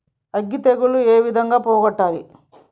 అగ్గి తెగులు ఏ విధంగా పోగొట్టాలి?